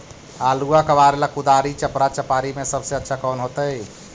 आलुआ कबारेला कुदारी, चपरा, चपारी में से सबसे अच्छा कौन होतई?